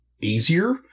easier